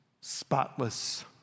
spotless